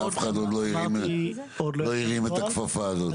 אף אחד לא הרים את הכפפה הזאת.